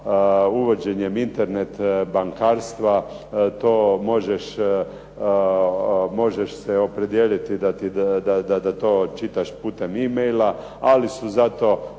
uvođenjem Internet bankarstva možeš se opredijeliti da to čitaš putem e-maila ali su zato